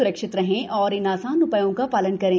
स्रक्षित रहें और इन आसान उ ायों का ालन करें